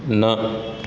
न